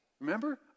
Remember